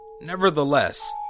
nevertheless